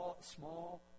small